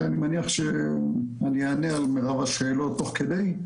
אני מניח שאני אענה על מירב השאלות תוך כדי.